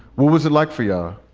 what was it like for yeah